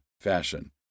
fashion